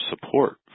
support